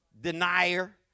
denier